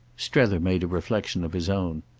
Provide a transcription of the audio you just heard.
strether made a reflexion of his own.